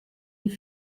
die